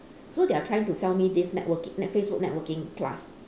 so they are trying to sell me this networking net~ facebook networking class